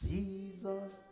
Jesus